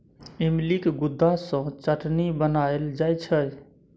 इमलीक गुद्दा सँ चटनी बनाएल जाइ छै